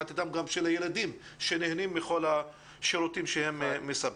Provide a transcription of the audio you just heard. עתידם של הילדים שנהנים מכל השירותים שהם מספקים.